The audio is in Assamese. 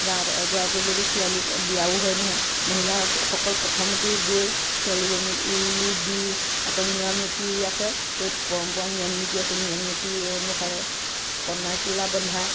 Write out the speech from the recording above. গাঁৱত এগৰাকী যদি ছোৱালীক বিয়াও হয় নহয় মহিলাসকল প্ৰথমতেই গৈ ছোৱালীজনিক উৰুলি দি আকৌ নিয়ম নীতি আছে সেই পৰম্পৰা নিয়ম নীতি আছে নিয়ম নীতি অনুসাৰে কণাই কুলা বন্ধা